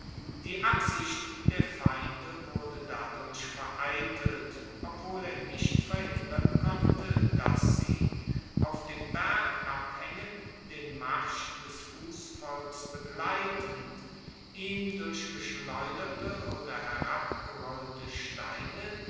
die absicht der feinde wurde dadurch vereitelt obwohl er nicht verhindern konnte dass sie auf den bergabhaengen den marsch des fussvolks begleitend ihm durch geschleuderte oder herabgerollte steine